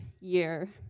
year